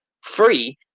free